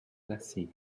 lassie